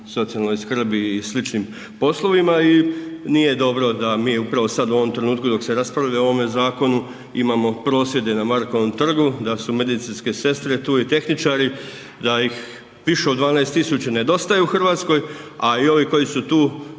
socijalnoj skrbi i sličnim poslovima i nije dobro da mi upravo sad u ovom trenutku dok se raspravlja o ovome zakonu imamo prosvjede na Markovom trgu, da su medicinske sestre tu i tehničari, da ih više od 12 tisuća nedostaje u Hrvatskoj, a i ovi koji su tu